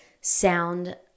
sound